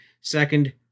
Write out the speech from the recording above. Second